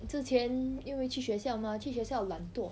之前因为去学校 mah 去学校懒惰